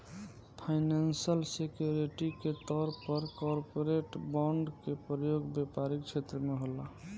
financial security के तौर पर कॉरपोरेट बॉन्ड के प्रयोग व्यापारिक छेत्र में होला